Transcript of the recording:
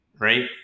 right